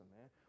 man